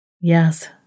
Yes